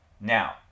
now